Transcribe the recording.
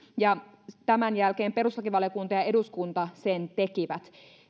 ja tämän jälkeen perustuslakivaliokunta ja eduskunta sen tekivät